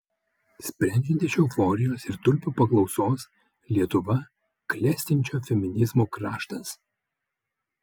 sprendžiant iš euforijos ir tulpių paklausos lietuva klestinčio feminizmo kraštas